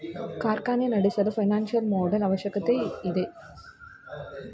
ಕಾರ್ಖಾನೆಯನ್ನು ನಡೆಸಲು financial model ಅವಶ್ಯಕತೆ ಇದೆ